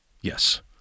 yes